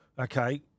okay